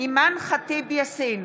אימאן ח'טיב יאסין,